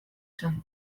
zen